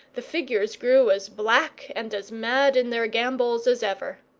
the figures grew as black and as mad in their gambols as ever!